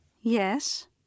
Yes